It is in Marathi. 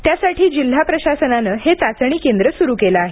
त्यासाठी जिल्हा प्रशासनानं हे चाचणी केंद्र सुरु केलं आहे